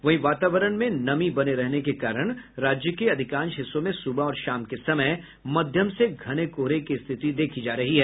वहीं वातावरण में नमी बने रहने के कारण राज्य के अधिकांश हिस्सों में सुबह और शाम के समय मध्यम से घने कोहरे की स्थिति देखी जा रही है